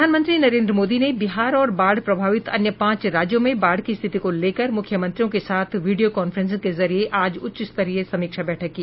प्रधानमंत्री नरेन्द्र मोदी ने बिहार और बाढ़ प्रभावित अन्य पांच राज्यों में बाढ़ की स्थिति को लेकर मुख्यमंत्रियों के साथ वीडियो कांफ्रेंस के जरिये आज उच्च स्तरीय समीक्षा बैठक की